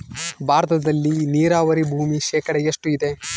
ಭಾರತದಲ್ಲಿ ನೇರಾವರಿ ಭೂಮಿ ಶೇಕಡ ಎಷ್ಟು ಇದೆ?